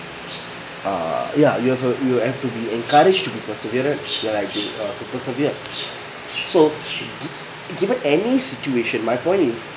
err ya you have uh you have to be encouraged to be perseverance to like you uh to persevere so gi~ given any situation my point is